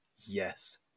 Yes